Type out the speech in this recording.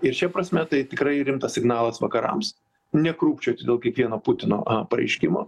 ir šia prasme tai tikrai rimtas signalas vakarams nekrūpčioti dėl kiekvieno putino pareiškimo